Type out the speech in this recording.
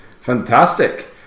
Fantastic